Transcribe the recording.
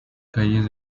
calles